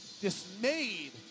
dismayed